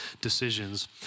decisions